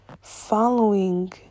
following